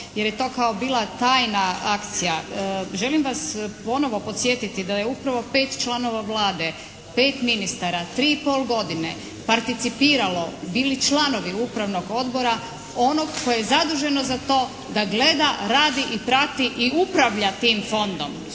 jer je to kao bila tajna akcija. Želim vas ponovno podsjetiti da je upravo pet članova Vlade, pet ministara tri i pol godine participiralo, bili članovi Upravnog odbora onog koje je zaduženo za to da gleda, radi i prati i upravlja tim fondom.